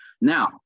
Now